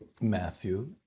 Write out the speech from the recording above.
Matthew